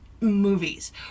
movies